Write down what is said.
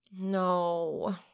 No